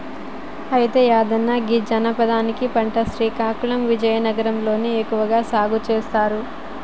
అయితే యాదన్న గీ జనపనార పంట శ్రీకాకుళం విజయనగరం లో ఎక్కువగా సాగు సేస్తారు